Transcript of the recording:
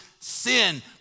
sin